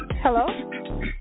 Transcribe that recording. Hello